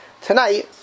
Tonight